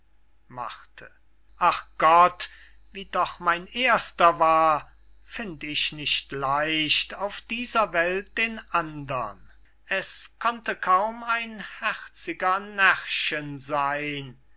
ach gott wie doch mein erster war find ich nicht leicht auf dieser welt den andern es konnte kaum ein herziger närrchen seyn